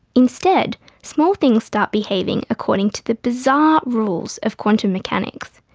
instead, small things start behaving according to the bizarre rules of quantum mechanics.